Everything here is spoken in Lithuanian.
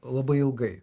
labai ilgai